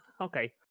Okay